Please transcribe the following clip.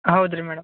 ಹೌದು ರೀ ಮೇಡಮ್